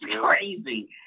crazy